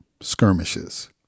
skirmishes